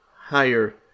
higher